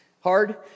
hard